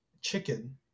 chicken